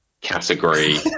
category